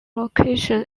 location